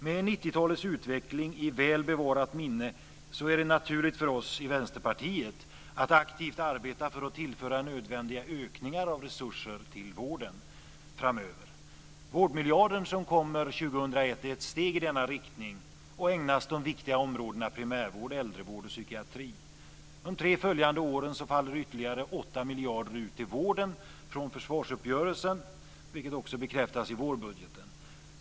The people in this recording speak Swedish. Med 90-talets utveckling i väl bevarat minne är det naturligt för oss i Vänsterpartiet att aktivt arbeta för att tillföra nödvändiga ökningar av resurser till vården framöver. Den vårdmiljard som kommer år 2001 är ett steg i denna riktning och ägnas de viktiga områdena primärvård, äldrevård och psykiatri. Under de tre följande åren faller ytterligare 8 miljarder ut till vården från försvarsuppgörelsen, vilket också bekräftas i vårbudgeten.